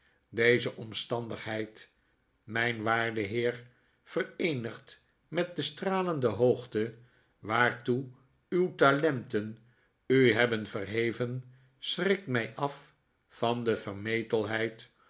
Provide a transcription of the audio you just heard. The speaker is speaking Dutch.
deze omstandigheid mijn waarde heer vereenigd met de stralende hoogte waartoe uw talenten u hebben verheven schrikt mij af van de